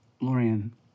Lorian